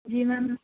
جی میم